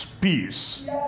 peace